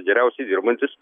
geriausiai dirbantis